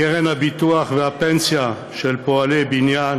"קרן הביטוח והפנסיה של פועלי הבניין